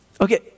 Okay